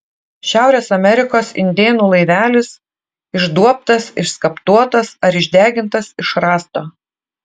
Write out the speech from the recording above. šiaurės amerikos indėnų laivelis išduobtas išskaptuotas ar išdegintas iš rąsto